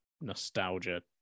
nostalgia